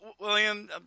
william